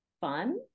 fun